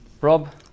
Rob